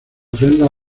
ofrenda